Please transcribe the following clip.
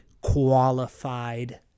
qualified